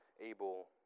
able